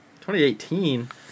2018